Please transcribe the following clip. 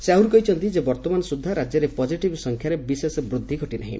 ସେ ଆହୁରି କହିଛନ୍ତି ଯେ ବର୍ଉମାନ ସୁଦ୍ଧା ରାଜ୍ୟରେ ପଜିଟିଭ୍ ସଂଖ୍ୟାରେ ବିଶେଷ ବୃଦ୍ଧି ଘଟିନାହି